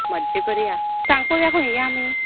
मज्जा करुया सांग पळोवया खंय या आमी